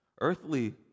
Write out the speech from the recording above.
earthly